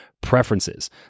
preferences